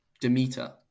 Demeter